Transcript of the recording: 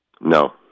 No